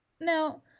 Now